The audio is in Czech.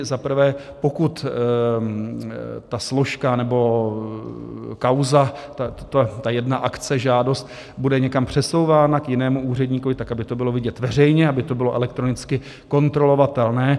Za prvé, pokud ta složka nebo kauza, ta jedna akce, žádost, bude někam přesouvána k jinému úředníkovi, tak aby to bylo vidět veřejně, aby to bylo elektronicky kontrolovatelné.